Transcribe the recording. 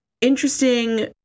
interesting